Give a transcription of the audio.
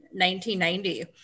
1990